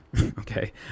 Okay